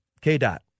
K-Dot